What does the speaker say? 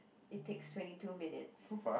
it takes twenty two minutes